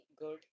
good